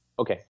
Okay